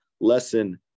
lesson